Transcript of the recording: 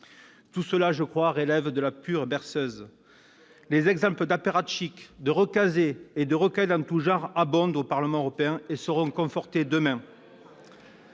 que ce n'est là qu'une douce berceuse. Les exemples d'apparatchiks, de recasés et de recalés en tout genre abondent au Parlement européen et seront confortés demain.